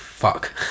fuck